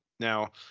Now